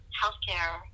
healthcare